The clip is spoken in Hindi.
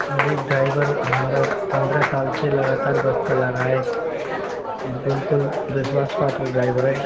अरे ड्राइवर हमारा पंद्रह साल से लगातार बस चला रहा है बिल्कुल विश्वास पात्र ड्राइवर है